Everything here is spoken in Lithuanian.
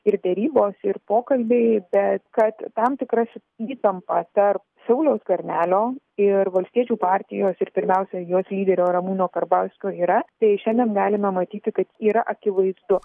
ir derybos ir pokalbiai bet kad tam tikras įtampa tar sauliaus skvernelio ir valstiečių partijos ir pirmiausia jos lyderio ramūno karbauskio yra tai šiandien galime matyti kad yra akivaizdu